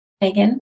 Megan